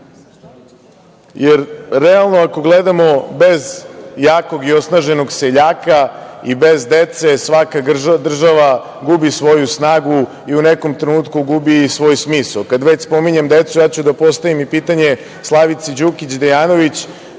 delu. Realno ako gledamo, bez jakog i osnaženog seljaka i bez dece, svaka država gubi svoju snagu i u nekom trenutku gubi i svoj smisao. Kad već spominjem decu, ja ću da postavim i pitanje Slavici Đukić Dejanović.